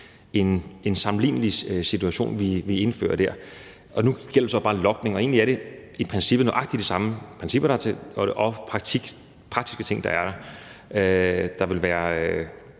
en sammenlignelig situation, vi indfører der. Nu gælder det så bare logning, men egentlig er det i princippet nøjagtig de samme principper og praktiske ting, der vil være